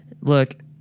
Look